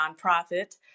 nonprofit